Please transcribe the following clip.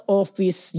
office